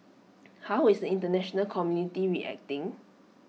how is International community reacting